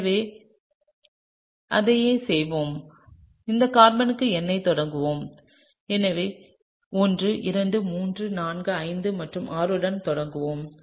எனவே அதையே செய்வோம் இந்த கார்பன்களை எண்ணத் தொடங்குவோம் எனவே 1 2 3 4 5 மற்றும் 6 உடன் தொடங்குவோம்